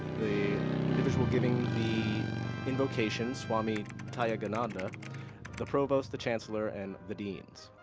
the individual giving the invocation swami tyagananda the provost the chancellor and the deans.